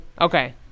Okay